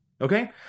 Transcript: Okay